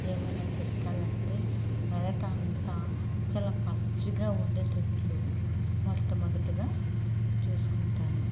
ఏమైనా చిట్కాలు అంటే పెరడు అంతా చాలా పచ్చిగా ఉండేటట్లు మొట్టమొదటగా చూసుకుంటాను